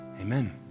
amen